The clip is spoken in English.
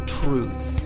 truth